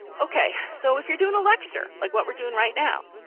okay. so if you're doing a lecture like what we're doing right now.